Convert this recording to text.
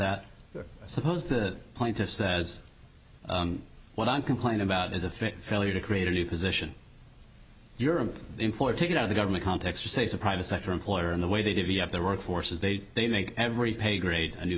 that suppose the plaintiff says what i'm complaining about is a failure to create a new position your i'm in for take it out of the government context or say it's a private sector employer in the way they divvy up their workforce is they they make every pay grade a new